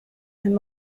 and